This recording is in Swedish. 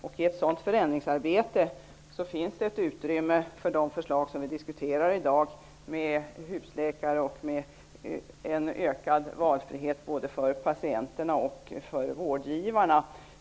I ett sådant förändringsarbete finns det utrymme för de förslag som vi diskuterar i dag med husläkare och med en ökad valfrihet både för patienterna och för vårdgivarna.